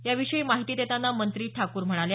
याविषयी माहिती देतांना मंत्री ठाकूर म्हणाल्या